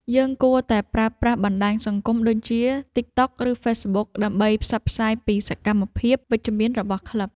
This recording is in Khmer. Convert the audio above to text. យើងគួរតែប្រើប្រាស់បណ្ដាញសង្គមដូចជា ទិកតុក ឬ ហ្វេសប៊ុក ដើម្បីផ្សព្វផ្សាយពីសកម្មភាពវិជ្ជមានរបស់ក្លឹប។